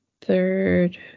third